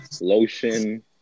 Lotion